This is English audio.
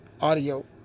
audio